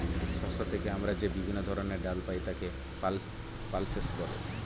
শস্য থেকে আমরা যে বিভিন্ন ধরনের ডাল পাই তাকে পালসেস বলে